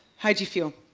how would you feel?